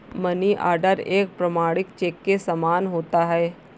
money order एक प्रमाणिक cheque के समान होता है